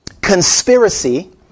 conspiracy